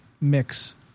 mix